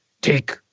Take